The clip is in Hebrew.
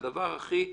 על דבר הכי קטן,